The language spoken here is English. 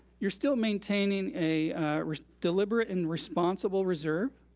you're still maintaining a deliberate and responsible reserve.